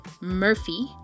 Murphy